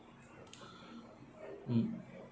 mm